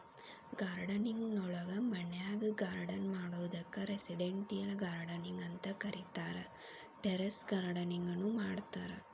gardening ನೊಳಗ ಮನ್ಯಾಗ್ garden ಮಾಡೋದಕ್ಕ್ ರೆಸಿಡೆಂಟಿಯಲ್ ಗಾರ್ಡನಿಂಗ್ ಅಂತ ಕರೇತಾರ, ಟೆರೇಸ್ ಗಾರ್ಡನಿಂಗ್ ನು ಮಾಡ್ತಾರ